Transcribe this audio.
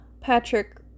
Patrick